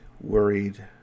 worried